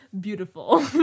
Beautiful